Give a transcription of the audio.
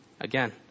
Again